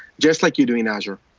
just like you do in azure.